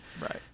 Right